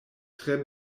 tre